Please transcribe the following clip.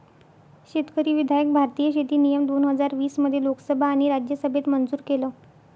शेतकरी विधायक भारतीय शेती नियम दोन हजार वीस मध्ये लोकसभा आणि राज्यसभेत मंजूर केलं